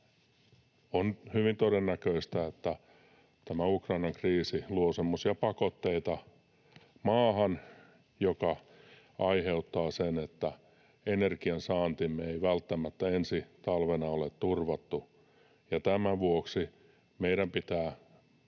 On hyvin todennäköistä, että tämä Ukrainan kriisi luo maahan semmoisia pakotteita, jotka aiheuttavat sen, että energiansaantimme ei välttämättä ensi talvena ole turvattu, ja tämän vuoksi meidän pitää